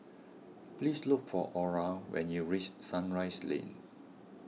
please look for Ora when you reach Sunrise Lane